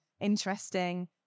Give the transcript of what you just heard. interesting